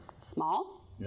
small